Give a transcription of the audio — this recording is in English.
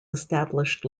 established